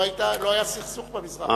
לא היה סכסוך במזרח התיכון,